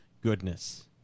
goodness